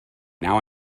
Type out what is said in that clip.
now